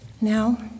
Now